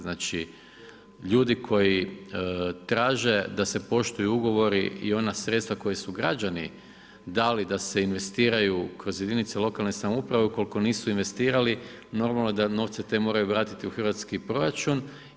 Znači ljudi koji traže da se poštuju ugovori i ona sredstva koja su građani dali da se investiraju kroz jedinice lokalne samouprave ukoliko nisu investirali, normalno da novce te moraju vratiti u hrvatski proračun.